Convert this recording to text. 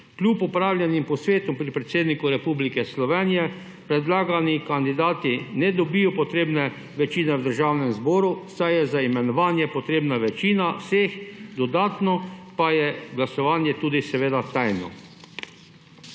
Kljub opravljenim posvetom pri predsedniku Republike Slovenije predlagani kandidati ne dobijo potrebne večine v Državnem zboru, saj je za imenovanje potrebna večina vseh, dodatno pa je glasovanje tudi seveda tajno.